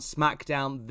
SmackDown